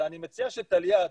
אני מציע שטליה,